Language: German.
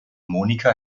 monika